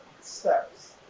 steps